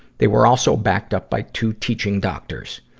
they were also backed up by two teaching doctors.